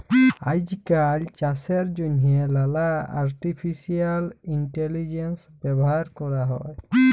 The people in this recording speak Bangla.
আইজকাল চাষের জ্যনহে লালা আর্টিফিসিয়াল ইলটেলিজেলস ব্যাভার ক্যরা হ্যয়